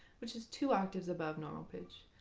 which is two octaves above normal pitch,